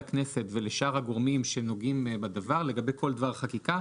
הכנסת ולשאר הגורמים שנוגעים בדבר לגבי כל דבר חקיקה,